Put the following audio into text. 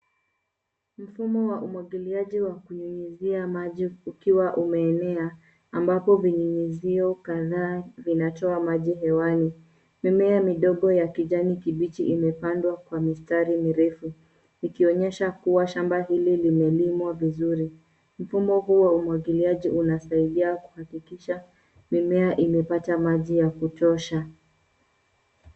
Mfumo wa umwagiliaji wa kunyunyuzia maji ukiwa umenea ambapo vinyunyizio kadhaa vinatoa maji hewani. Mimea midogo ya kijani kibichi imepandwa kwa mistari mirefu ikionyesha kuwa shamba hili limelimwa vizuri. Mfumo huu wa umwagiliaji unasaidia kuhakikisha mimea imepata maji ya kutosha.